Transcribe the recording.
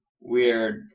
weird